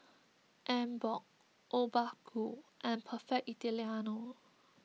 Emborg Obaku and Perfect Italiano